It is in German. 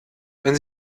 wenn